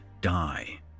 die